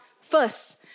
first